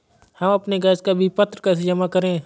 हम अपने गैस का विपत्र कैसे जमा करें?